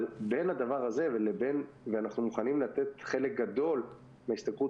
אבל בין הדבר הזה ואנחנו מוכנים לתת חלק גדול מההשתכרות